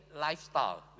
lifestyle